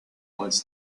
once